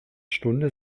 stunde